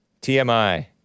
TMI